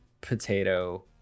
potato